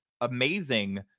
amazing